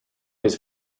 his